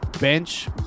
bench